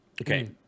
okay